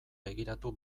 begiratu